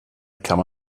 kann